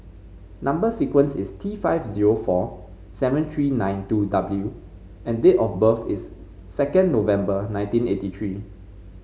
number sequence is T five zero four seven three nine two W and date of birth is second November nineteen eighty three